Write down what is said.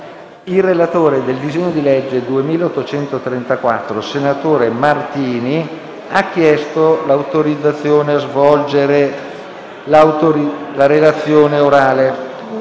Il relatore sul disegno di legge n. 2834, senatore Martini, ha chiesto l'autorizzazione a svolgere la relazione orale.